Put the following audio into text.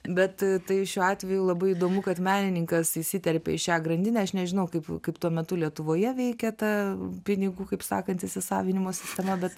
bet tai šiuo atveju labai įdomu kad menininkas įsiterpė į šią grandinę aš nežinau kaip kaip tuo metu lietuvoje veikė ta pinigų kaip sakant įsisavinimo sistema bet